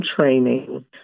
training